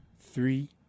three